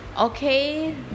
okay